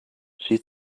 she